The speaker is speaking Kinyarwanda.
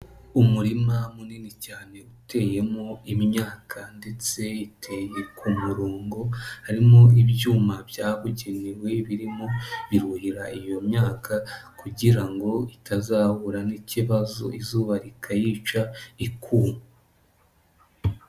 Umurima munini cyane uteyemo imyaka ndetse iteye ku murongo, harimo ibyuma byabugenewe birimo biruhirira iyo myaka kugira ngo itazahura n'ikibazo izuba rikayica ikuma.